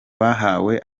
bahabwa